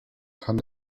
kann